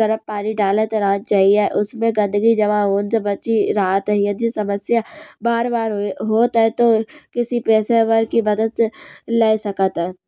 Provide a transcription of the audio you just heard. गरम पानी डालत रहना चाहिये। उसमें गंदगी जमा होन से बची रहत है। यदि समस्या बार बार होत है। तो किसी पेशेवर की मदद से ले सकत है।